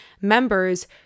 members